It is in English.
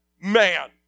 man